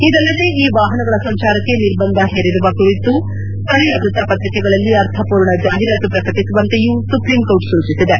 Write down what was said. ಇದಲ್ಲದೆ ಈ ವಾಹನಗಳ ಸಂಚಾರಕ್ಕೆ ನಿರ್ಬಂಧ ಹೇರಿರುವ ಕುರಿತು ಸ್ಥಳೀಯ ವೃತ್ತಪತ್ರಿಕೆಗಳಲ್ಲಿ ಅರ್ಥಪೂರ್ಣ ಜಾಹಿರಾತು ಪ್ರಕಟಿಸುವಂತೆಯೂ ಸುಪ್ರೀಂಕೋರ್ಟ್ ಸೂಚಿಸಿದೆ